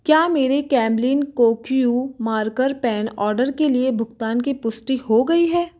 क्या मेरे कैमलिन कोटरियो मार्कर पेन ऑर्डर के लिए भुगतान की पुष्टि हो गई है